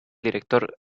director